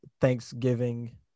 Thanksgiving